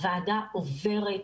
הוועדה עוברת,